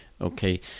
okay